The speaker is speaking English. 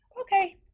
okay